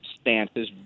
stances